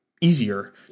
easier